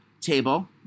table